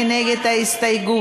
מי נגד ההסתייגות?